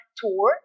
tour